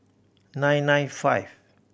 nine nine five